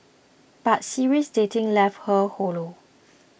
but serial dating left her hollow